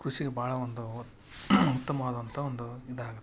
ಕೃಷಿಗ್ ಭಾಳ ಒಂದು ಉತ್ತಮವಾದಂತ ಒಂದು ಇದಾಗತ್ತೆ